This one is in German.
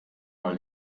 mal